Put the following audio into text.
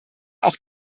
auch